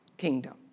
kingdom